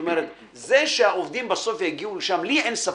זה שהעובדים בסוף יגיעו לשם לי אין ספק.